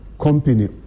company